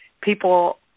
people